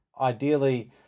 ideally